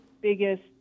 biggest